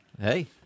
hey